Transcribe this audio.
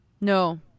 No